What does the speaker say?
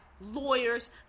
lawyers